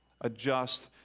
adjust